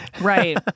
Right